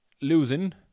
losing